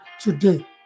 today